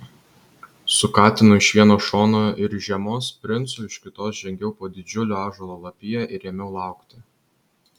su katinu iš vieno šono ir žiemos princu iš kito žengiau po didžiulio ąžuolo lapija ir ėmiau laukti